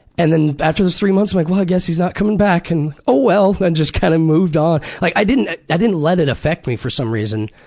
and then after those three months i'm like, i guess he's not coming back. and oh well, then just kind of moved on. like, i didn't i didn't let it affect me for some reason.